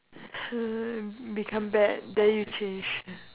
!huh! become bad then you change